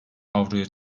avroya